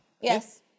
Yes